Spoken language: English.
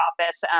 office